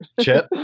Chip